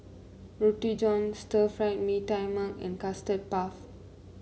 Roti John Stir Fry Mee Tai Mak and Custard Puff